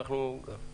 מאה אחוז.